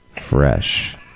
Fresh